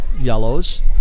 yellows